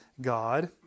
God